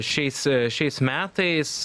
šiais šiais metais